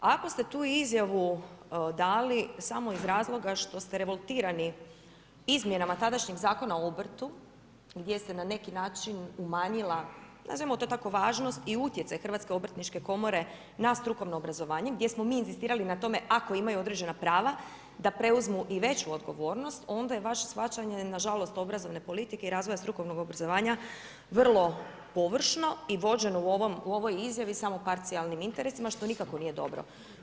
Ako ste tu izjavu dali samo iz razloga što ste revoltirani izmjenama tadašnjeg Zakona o obrtu gdje se na neki način umanjila nazovimo to tako važnost i utjecaj Hrvatske obrtničke komore na strukovno obrazovanje gdje smo mi inzistirali na tome ako imaju određena prava da preuzmu i veću odgovornost, onda je vaše shvaćanje na žalost obrazovne politike i razvoja strukovnog obrazovanja vrlo površno i vođeno u ovoj izjavi samo parcijalnim interesima što nikako nije dobro.